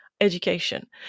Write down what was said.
education